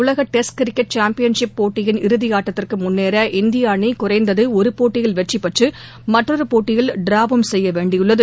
உலக test cricket championship போட்டியிள் இறுதி ஆட்டத்திற்கு முன்னேற இந்திய அணி குறைந்தது ஒரு போட்டியில் வெற்றி பெற்று மற்றொரு போட்டியில் டிராவும் செய்யவேண்டியுள்ளது